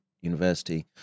University